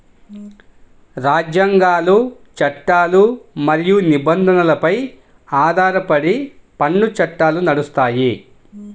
రాజ్యాంగాలు, చట్టాలు మరియు నిబంధనలపై ఆధారపడి పన్ను చట్టాలు నడుస్తాయి